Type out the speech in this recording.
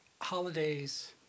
holidays